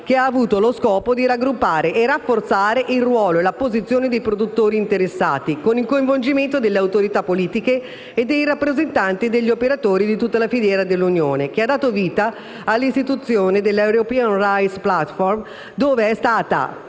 che ha avuto lo scopo di raggruppare e rafforzare il ruolo e la posizione dei produttori interessati, con il coinvolgimento delle autorità politiche e dei rappresentanti degli operatori di tutta la filiera dell'Unione, e ha dato vita all'istituzione della European rice platform, ove è stata